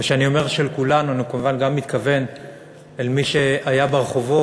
וכשאני אומר "של כולנו" אני כמובן מתכוון גם אל מי שהיה ברחובות,